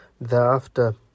thereafter